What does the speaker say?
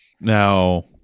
Now